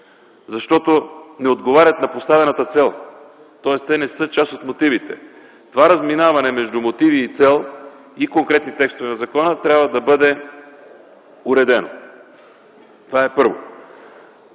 защото не отговарят на поставената цел, тоест те не са част от мотивите. Това разминаване между мотиви и цел и конкретни текстове в закона трябва да бъде уредено. Това, първо.